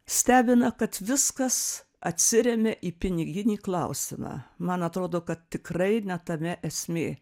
stebina kad viskas atsiremia į piniginį klausimą man atrodo kad tikrai ne tame esmė